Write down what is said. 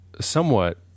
somewhat